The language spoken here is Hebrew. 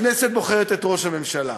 הכנסת בוחרת את ראש הממשלה.